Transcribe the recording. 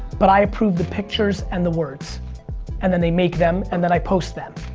but i approve the pictures and the words and then they make them and then i post them.